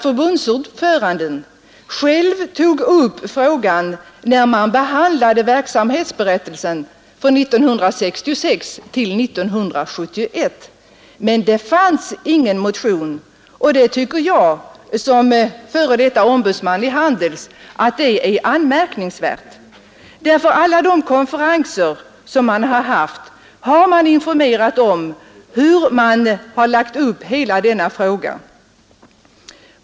Förbundsordföranden tog nämligen själv upp frågan i samband med behandlingen av verksamhetsberättelserna för åren 1966—1971. Att det emellertid inte avlämnades någon motion tycker jag som före detta ombudsman i Handelsanställdas förbund är anmärkningsvärt. Vid alla de konferenser som hållits har man nämligen från förbundets sida informerat om förbundsstyrelsens agerande i affärstidsfrågan.